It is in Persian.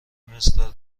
مثل